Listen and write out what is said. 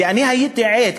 ואני הייתי עד,